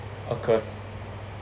occurs